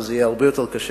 וזה יהיה הרבה יותר קשה,